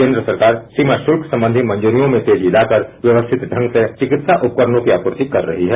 केन्द्र सरकार सीमा शुल्क संबंधी तेजी में मंजूरियों में तेजी लाकर व्यवस्थित ढंग से चिकित्सा उपकरणों की आपूर्ति कर रही है